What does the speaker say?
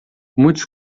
muitos